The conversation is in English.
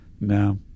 no